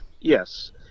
Yes